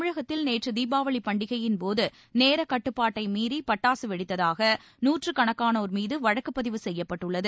தமிழகத்தில் நேற்று தீபாவளி பண்டிகையின் போது நேர கட்டுப்பாட்டை மீறி பட்டாசு வெடித்ததாக நூற்றுக்கணக்கானோர் மீது வழக்கு பதிவு செய்யப்பட்டுள்ளது